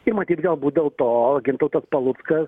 ir matyt galbūt dėl to gintautas paluckas